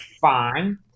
fine